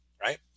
right